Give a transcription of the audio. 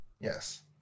Yes